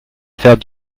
faire